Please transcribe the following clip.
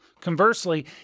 Conversely